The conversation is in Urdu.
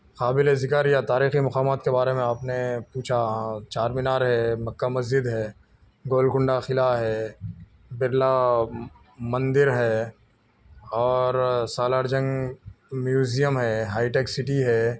قابل ذکر یا تاریخی مقامات کے بارے میں آپ نے پوچھا چار مینار ہے مکہ مسجد ہے گولکنڈہ قلعہ ہے برلا مندر ہے اور سالار جنگ میوزیم ہے ہائی ٹیک سٹی ہے